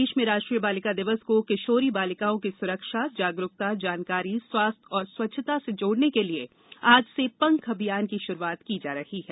प्रदेश में राष्ट्रीय बालिका दिवस को किशोरी बालिकाओं की सुरक्षा जागरूकता जानकारी स्वास्थ्य एवं स्वच्छता से जोड़ने के लिए आज से श्श्पंख अभियान की शुरूआत की जा रही है